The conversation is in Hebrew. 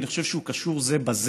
כי אני חושב שהם קשורים זה בזה,